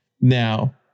Now